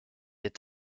est